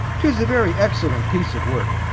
tis a very excellent piece of work,